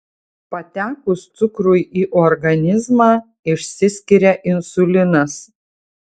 patekus cukrui į organizmą išsiskiria insulinas